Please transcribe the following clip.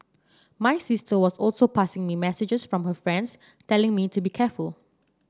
my sister was also passing me messages from her friends telling me to be careful